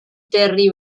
terry